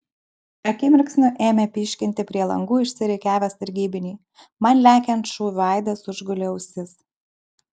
akimirksniu ėmė pyškinti prie langų išsirikiavę sargybiniai man lekiant šūvių aidas užgulė ausis